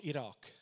Iraq